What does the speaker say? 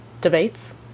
debates